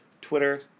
Twitter